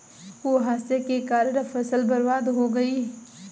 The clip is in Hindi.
कुहासे के कारण फसल बर्बाद हो गयी